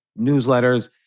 newsletters